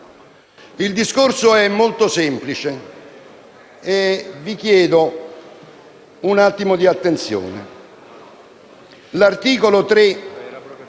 il discorso è molto semplice e vi chiedo un attimo di attenzione. L'articolo 3